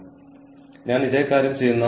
കൂടാതെ ആ കാറിൽ കൈകൊണ്ട് വരച്ച ഡിസൈനുകൾ ഉണ്ട്